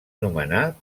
nomenar